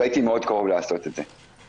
והייתי מאוד קרוב לעשות את זה.